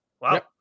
Wow